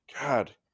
God